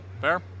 Fair